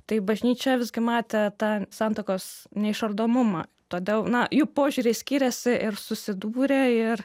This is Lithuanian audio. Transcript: tai bažnyčia visgi matė tą santuokos neišardomumą todėl na jų požiūriai skyrėsi ir susidūrė ir